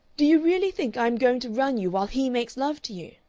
do you really think i am going to run you while he makes love to you?